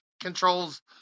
controls